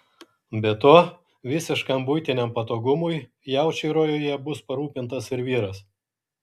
be to visiškam buitiniam patogumui jaučiui rojuje bus parūpintas ir vyras